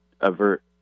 avert